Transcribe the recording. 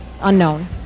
unknown